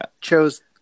chose